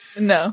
No